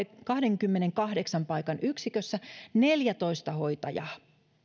kahdenkymmenenkahdeksan paikan yksikössä neljäätoista hoitajaa